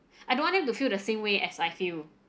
I don't want them to feel the same way as I feel